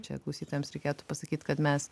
čia klausytojams reikėtų pasakyt kad mes